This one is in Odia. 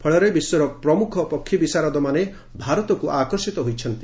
ଫଳରେ ବିଶ୍ୱର ପ୍ରମୁଖ ପକ୍ଷୀ ବିଶାରଦମାନେ ଭାରତକୁ ଆକର୍ଷିତ ହୋଇଛନ୍ତି